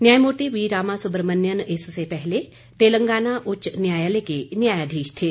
न्यायमूर्ति वी रामासुब्रमण्यन इससे पहले तेलंगाना उच्च न्यायालय के न्यायाधीश थे